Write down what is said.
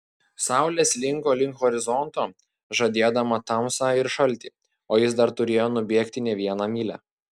saulė slinko link horizonto žadėdama tamsą ir šaltį o jis dar turėjo nubėgti ne vieną mylią